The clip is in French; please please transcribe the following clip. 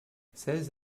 seize